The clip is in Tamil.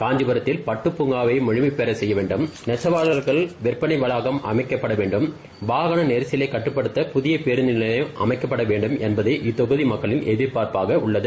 காஞ்சிபுரத்தில் பட்டு பூங்காவை முழுமைப்பெற செய்ய வேண்டும் நெசவாளர்களுக்கு விற்பனை வளாகம் அமைக்கப்பட வேண்டும் வாகன நெறிசலை கட்டுப்படுத்தி புதிய பேருந்து நிலையம் அமைக்கப்பட வேண்டும் என்பது இத்தொகுதி மக்களின் எதிர்பார்பார்ப்பாக உள்ளது